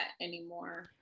anymore